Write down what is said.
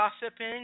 gossiping